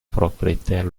propriétaire